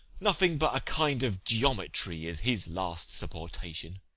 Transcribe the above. nothing but a kind of geometry is his last supportation.